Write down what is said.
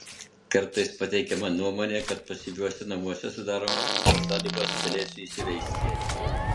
kartais pateikiama nuomonė kad pasyviuosiuose namuose sudaromos visos sąlygos pelėsiui įsiveisti